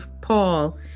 Paul